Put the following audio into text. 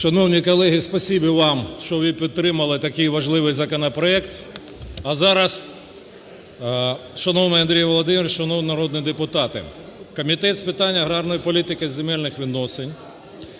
Шановні колеги! Спасибі вам, що ви підтримали такий важливий законопроект. А зараз, шановний Андрій Володимирович, шановні народні депутати, Комітет з питань аграрної політики, земельних відносин